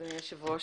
אדוני היושב-ראש,